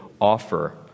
offer